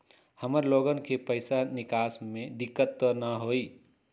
हमार लोगन के पैसा निकास में दिक्कत त न होई?